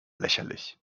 lächerlich